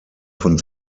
von